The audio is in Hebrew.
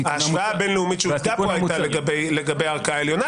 ההשוואה הבין-לאומית שהוצגה פה הייתה לגבי הערכאה העליונה,